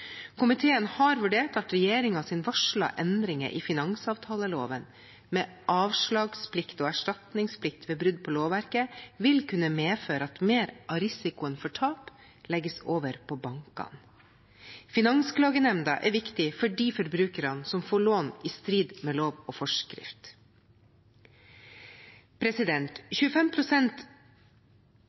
Komiteen har vurdert at regjeringens varslede endringer i finansavtaleloven, med avslagsplikt og erstatningsplikt ved brudd på lovverket, vil kunne medføre at mer av risikoen for tap legges over på bankene. Finansklagenemnda er viktig for de forbrukerne som får lån i strid med lov og forskrift.